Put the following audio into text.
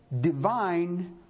divine